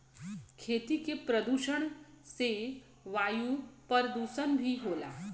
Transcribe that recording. खेती के प्रदुषण से वायु परदुसन भी होला